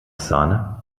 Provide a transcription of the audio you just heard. sahne